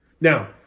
Now